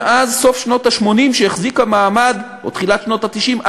מאז סוף שנות ה-80 או תחילת שנות ה-90,